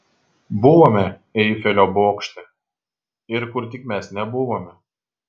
buvome eifelio bokšte ir kur tik mes nebuvome